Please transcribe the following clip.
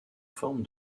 forme